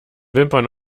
wimpern